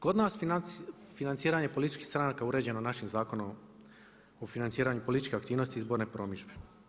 Kod nas je financiranje političkih stranaka uređeno našim Zakonom o financiranju političke aktivnosti i izborne promidžbe.